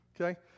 Okay